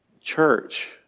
church